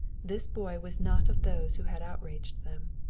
this boy was not of those who had outraged them.